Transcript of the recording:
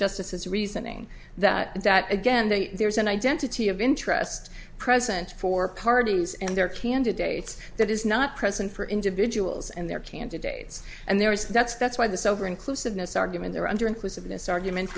justices reasoning that is that again there's an identity of interest present for parties and their candidates that is not present for individuals and their candidates and there is that's that's why the sober inclusiveness argument they're under inclusiveness argument